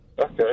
Okay